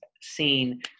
seen